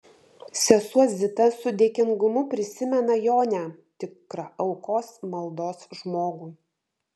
sesuo zita su dėkingumu prisimena jonę tikrą aukos maldos žmogų